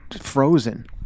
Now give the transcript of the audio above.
frozen